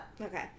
Okay